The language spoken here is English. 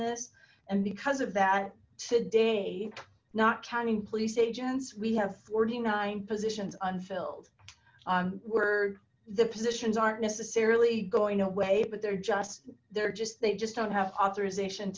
s and because of that today not counting police agents we have forty nine positions unfilled where the positions aren't necessarily going away but they're just they're just they just don't have authorization